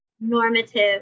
normative